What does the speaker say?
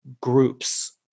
groups